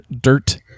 Dirt